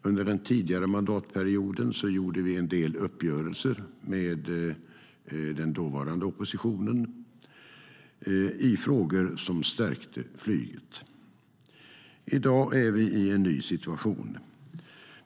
Under den tidigare mandatperioden gjorde vi en del uppgörelser med den dåvarande oppositionen i frågor som stärkte flyget. Ändring i lagen om flygplatsavgifter I dag är vi i en ny situation.